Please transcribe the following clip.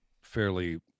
fairly